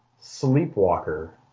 Sleepwalker